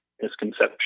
misconception